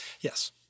yes